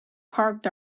parked